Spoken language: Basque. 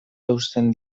eusten